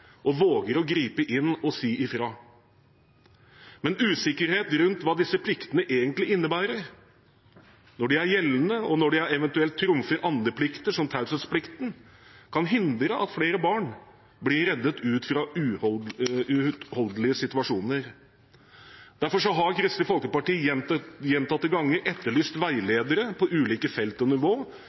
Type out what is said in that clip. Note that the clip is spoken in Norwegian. og som våger å gripe inn og si fra. Men usikkerhet rundt hva disse pliktene egentlig innebærer, når de er gjeldende, og når de eventuelt trumfer andre plikter, som taushetsplikten, kan hindre at flere barn blir reddet ut fra uutholdelige situasjoner. Derfor har Kristelig Folkeparti gjentatte ganger etterlyst veiledere på ulike felt og nivå